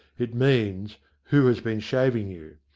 it means who has been shaving you.